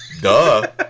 Duh